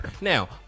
Now